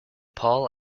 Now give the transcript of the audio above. paul